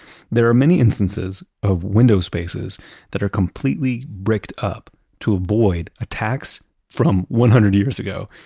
there are many instances of window spaces that are completely bricked up to avoid a tax from one hundred years ago.